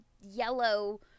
yellow